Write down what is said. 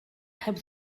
heb